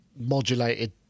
modulated